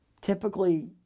typically